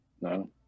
No